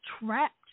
trapped